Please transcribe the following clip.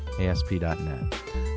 ASP.net